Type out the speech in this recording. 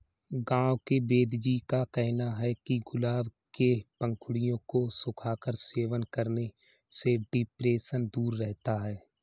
गांव के वेदजी का कहना है कि गुलाब के पंखुड़ियों को सुखाकर सेवन करने से डिप्रेशन दूर रहता है